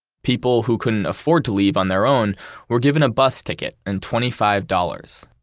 people who couldn't afford to leave on their own were given a bus ticket and twenty five dollars.